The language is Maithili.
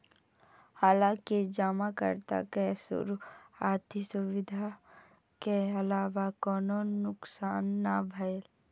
हालांकि जमाकर्ता के शुरुआती असुविधा के अलावा कोनो नुकसान नै भेलै